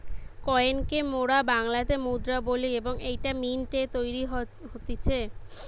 coin কে মোরা বাংলাতে মুদ্রা বলি এবং এইটা মিন্ট এ তৈরী হতিছে